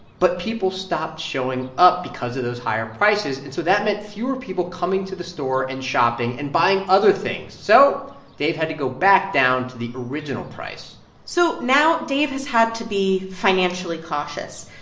but people stopped showing up because of those higher prices, and so that meant fewer people coming to the store and shopping and buying other things. so dave had to go back down to the original price so now dave has had to be financially cautious.